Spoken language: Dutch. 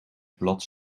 blad